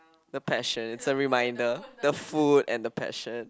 the passion it's a reminder the food and the passion